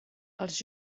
els